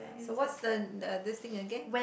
so what's the the this thing again